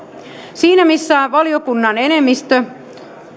siinä missä valiokunnan enemmistö